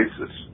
basis